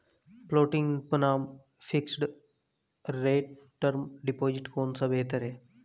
Floating बनाम fixed rate term deposit कौन सा बेहतर है?